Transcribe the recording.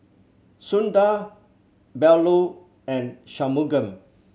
Sundar Bellur and Shunmugam